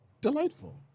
delightful